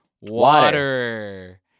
water